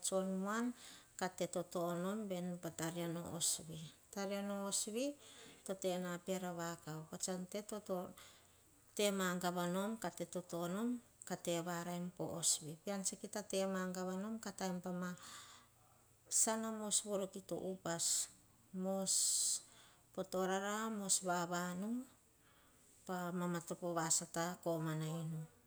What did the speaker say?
tsion muan. Kat te toto nom poh tariano oso vii. Taria no os vii, toh tena pe hara vakavu. Pa sahan temagavanom kah te toto nom. Kah teva raer po oso vi, pean saha kita magava nom. Pasahan kita temagava nom, ka gonoem pama mos voro pe sata. mos poh torara mos vavanu. Pah vamtopo vasata a inu.